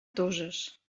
toses